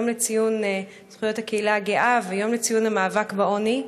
היום לציון זכויות הקהילה הגאה והיום לציון המאבק בעוני.